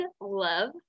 love